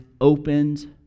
opened